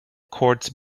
courts